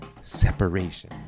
separation